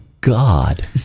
God